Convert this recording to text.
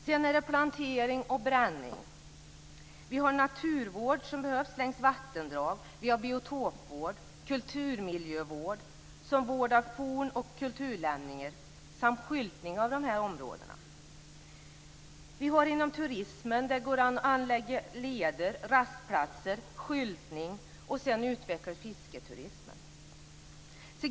Sedan är det plantering och bränning. Vi har en naturvård som behövs längs vattendrag. Vi har biotopvård och kulturmiljövård, som vård av forn och kulturlämningar, samt skyltning av de här områdena. Vi har inom turismen anläggning av leder och rastplatser, skyltning och utveckling av fisketurismen.